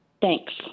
Thanks